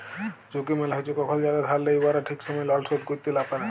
ঝুঁকি মালে হছে কখল যারা ধার লেই উয়ারা ঠিক সময়ে লল শোধ ক্যইরতে লা পারে